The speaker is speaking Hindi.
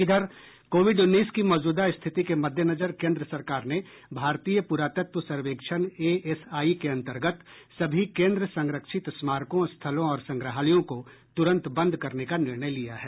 कोविड उन्नीस की मौजूदा स्थिति के मद्देनजर केंद्र सरकार ने भारतीय पुरातत्व सर्वेक्षण एएसआई के अंतर्गत सभी केंद्र संरक्षित स्मारकों स्थलों और संग्रहालयों को तुरंत बंद करने का निर्णय लिया है